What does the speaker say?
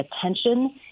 attention